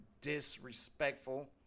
disrespectful